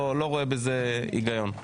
לא רואה בזה הגיון.